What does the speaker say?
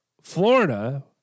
Florida